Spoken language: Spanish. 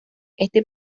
este